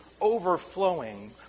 overflowing